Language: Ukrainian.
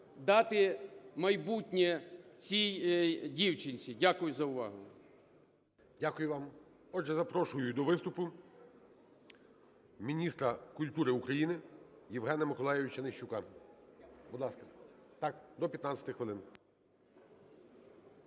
дати майбутнє цій дівчинці. Дякую за увагу. ГОЛОВУЮЧИЙ. Дякую вам. Отже запрошую до виступу міністра культури України Євгена Миколайовича Нищука. Будь ласка. Так, до 15 хвилин.